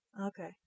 Okay